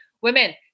women